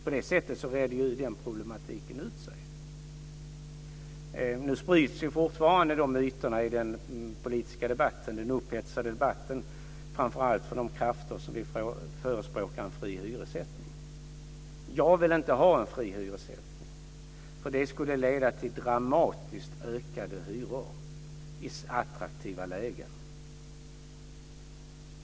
På det sättet reddes det problemet ut. Nu sprids fortfarande myter i den politiskt upphetsade debatten framför allt av de krafter som förespråkar en fri hyressättning. Jag vill inte ha en fri hyressättning. Det skulle leda till dramatiskt ökade hyror i attraktiva lägen.